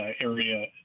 area